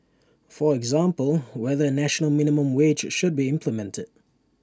for example whether A national minimum wage should be implemented